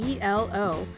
ELO